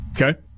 Okay